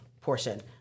portion